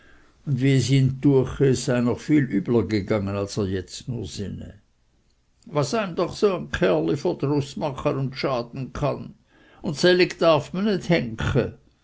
es sei noch viel übler gegangen als er jetzt nur sinne was eim doch so ein kerli verdruß machen und schaden kann und sellig darf man